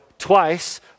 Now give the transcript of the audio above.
Twice